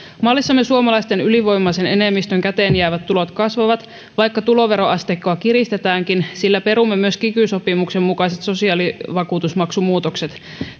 mallissamme suomalaisten ylivoimaisen enemmistön käteen jäävät tulot kasvavat vaikka tuloveroasteikkoa kiristetäänkin sillä perumme myös kiky sopimuksen mukaiset sosiaalivakuutusmaksumuutokset